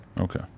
Okay